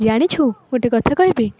ଜାଣିଛୁ ଗୋଟେ କଥା କହିବି